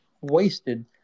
wasted